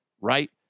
right